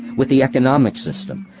with the economic system,